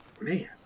Man